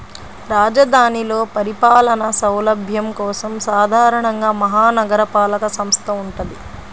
రాజధానిలో పరిపాలనా సౌలభ్యం కోసం సాధారణంగా మహా నగరపాలక సంస్థ వుంటది